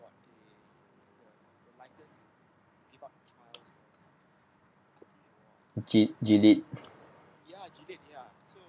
gi~ gilead